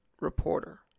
reporter